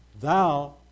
Thou